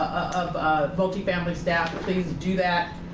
of multi-family staff, but please do that.